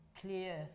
clear